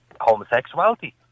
homosexuality